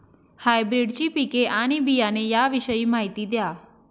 हायब्रिडची पिके आणि बियाणे याविषयी माहिती द्या